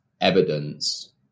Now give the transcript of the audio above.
evidence